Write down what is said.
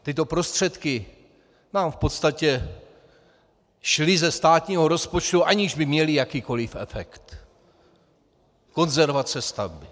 Tyto prostředky šly v podstatě ze státního rozpočtu, aniž by měly jakýkoliv efekt konzervace stavby.